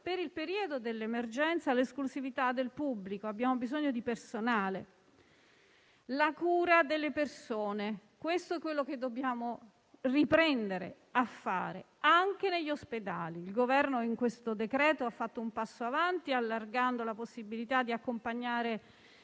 per il periodo dell'emergenza l'esclusività del pubblico: abbiamo bisogno di personale. La cura delle persone: questo è quello che dobbiamo riprendere a fare, anche negli ospedali. In questo decreto-legge il Governo ha fatto un passo in avanti, allargando la possibilità che i familiari